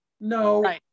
No